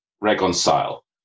reconcile